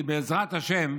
כי בעזרת השם,